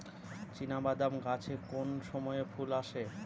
চিনাবাদাম গাছে কোন সময়ে ফুল আসে?